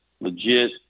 legit